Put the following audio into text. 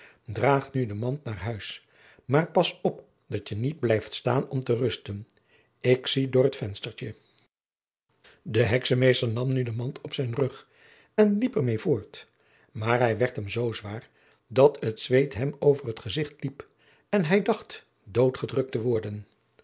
draag nu de mand naar huis maar pas op dat je niet blijft staan om te rusten ik zie door het venstertje de heksenmeester nam nu de mand op zijn rug en liep er meê voort maar hij werd hem zoo zwaar dat het zweet hem over het gezicht liep en hij dacht doodgedrukt te worden